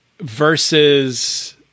versus